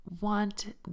want